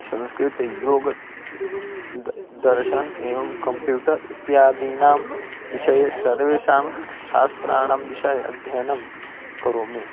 संस्कृत योगदर्शनम् एवं कम्प्यूटर् इत्यादीनां विषये सर्वेषां शास्त्राणां विषये अध्ययनं करोमि